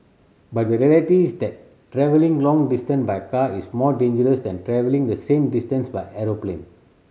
but the reality is that travelling long distance by car is more dangerous than travelling the same distance by aeroplane